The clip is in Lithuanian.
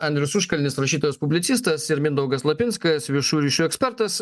andrius užkalnis rašytojas publicistas ir mindaugas lapinskas viešųjų ryšių ekspertas